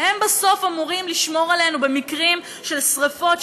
והם בסוף אמורים לשמור עלינו במקרים של שרפות,